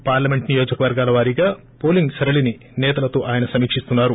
parliament నియోజకవర్గాల వారీగా polling సరళిని సేతలతో ఆయన సమీకిస్తున్నారు